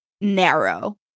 narrow